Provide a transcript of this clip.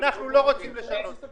אתם מגיעים איתי לנקודת